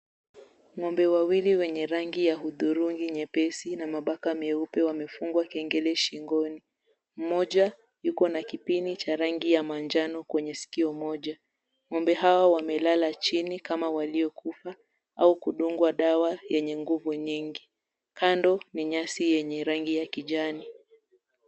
Ng'ombe wawili wenye rangi ya hudhurungi nyepesi na mabaka meupe wamefungwa kengele shingoni. Mmoja yuko na kipini cha rangi ya manjano kwenye sikio moja. Ng'ombe hawa wamelala chini kama waliokufa au kudungwa dawa yenye nguvu nyingi. Kando ni nyasi yenye rangi ya kijani.